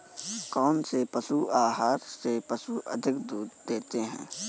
कौनसे पशु आहार से पशु अधिक दूध देते हैं?